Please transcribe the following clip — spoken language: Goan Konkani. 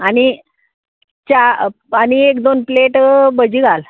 आनी च्या आनी एक दोन प्लेट भजी घाल